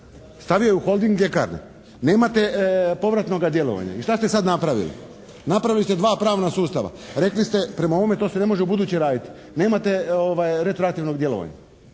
Stavio je u holding ljekarne. Nemate povratnoga djelovanja i šta ste sad napravili? Napravili ste dva pravna sustava. Rekli ste prema ovome to se ne može ubuduće raditi. Nemate retroaktivnog djelovanja.